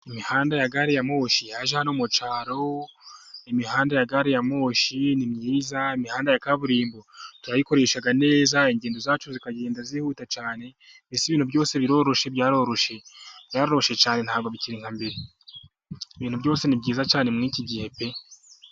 Imihanda ya gariyamoshi yaje hano mu cyaro, imihanda ya gariyamoshi ni myiza, imihanda ya kaburimbo turayikoresha neza ingendo zacu zikagenda zihuta cyane, mbese ibintu byose biroroshye, byaroroshye cyane ntabwo bikiri nka mbere, ibintu byose ni byiza cyane muriki gihe pe!